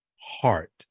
heart